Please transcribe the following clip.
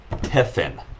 Tiffin